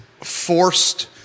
forced